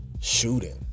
shooting